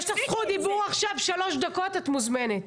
יש לך זכות דיבור עכשיו שלוש דקות, את מוזמנת.